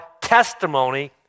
testimony